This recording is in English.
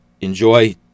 enjoy